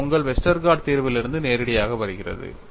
இது உங்கள் வெஸ்டர்கார்ட் தீர்விலிருந்து நேரடியாக வருகிறது